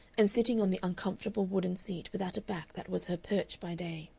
and sitting on the uncomfortable wooden seat without a back that was her perch by day,